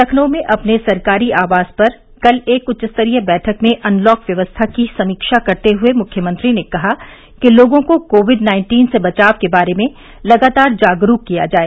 लखनऊ में अपने सरकारी आवास पर कल एक उच्च स्तरीय बैठक में अनलॉक व्यवस्था की समीक्षा करते हुए मुख्यमंत्री ने कहा कि लोगों को कोविड नाइन्टीन से बचाव के बारे में लगातार जागरूक किया जाए